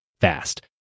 fast